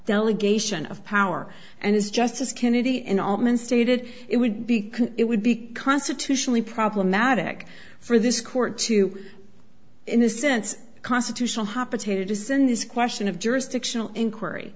delegation of power and is justice kennedy and altman stated it would be it would be constitutionally problematic for this court to in a sense constitutional hopper to descend this question of jurisdictional inquiry